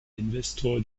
investor